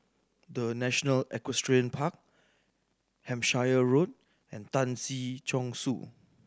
The National Equestrian Park Hampshire Road and Tan Si Chong Su